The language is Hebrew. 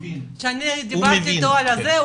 שאני דיברתי איתו על הנושא הזה,